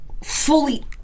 fully